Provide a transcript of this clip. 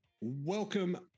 Welcome